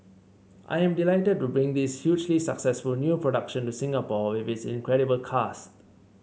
I am delighted to bring this hugely successful new production to Singapore with this incredible cast